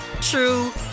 true